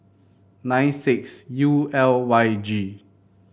nine six U L Y G